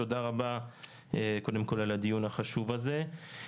תודה רבה קודם כל על הדיון החשוב הזה.